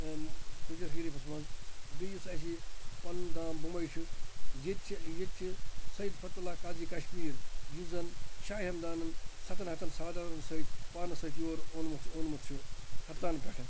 تُجَر شَریفَس مَنٛز بیٚیہِ یُس اَسہِ یہِ پَنُن گام بُماے چھُ ییٚتہِ چھُ ییٚتہِ چھُ سید فَتح اللہ قادری کَشمیر یُس زَن شاہ ہمدانَن سَتَن ہَتَن سادَاتَن سۭتۍ پانَس سۭتۍ یور اونمُت اونمُت چھُ ختلان پٮ۪ٹھہٕ